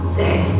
day